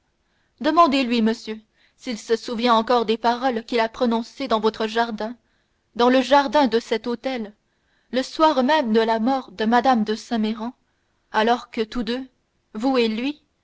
demandez-lui monsieur s'il se souvient encore des paroles qu'il a prononcées dans votre jardin dans le jardin de cet hôtel le soir même de la mort de mme de saint méran alors que tous deux vous et lui